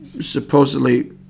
supposedly